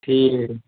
ٹھیک ہے